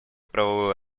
правовую